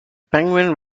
penguin